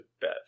Beth